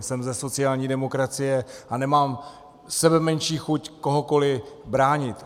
Jsem ze sociální demokracie a nemám sebemenší chuť kohokoli bránit.